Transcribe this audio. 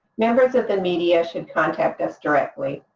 members of the media should contact us directly.